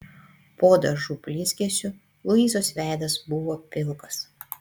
po dažų blizgesiu luizos veidas buvo pilkas